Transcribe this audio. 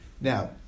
Now